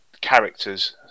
characters